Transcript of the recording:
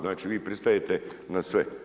Znači vi pristajete na sve.